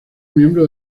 miembro